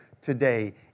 today